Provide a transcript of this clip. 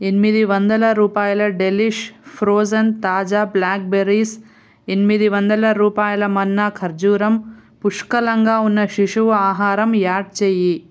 ఎనిమిది వందల రూపాయల డెలిష్ ఫ్రోజన్ తాజా బ్లాక్ బెర్రీస్ ఎనిమిది వందల రూపాయల మన్నా ఖర్జూరం పుష్కలంగా ఉన్న శిశువు ఆహారం యాడ్ చేయి